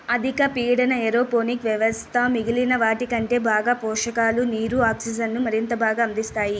అధిక పీడన ఏరోపోనిక్ వ్యవస్థ మిగిలిన వాటికంటే బాగా పోషకాలు, నీరు, ఆక్సిజన్ను మరింత బాగా అందిస్తాయి